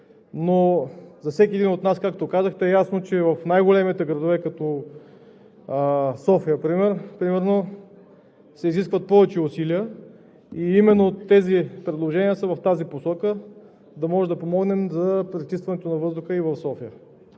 За всеки един от нас, както казахте, е ясно, че в най-големите градове, като София например, се изискват повече усилия и тези предложения именно са в посока да можем да помогнем за пречистването на въздуха и в София.